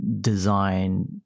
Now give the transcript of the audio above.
design